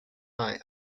eye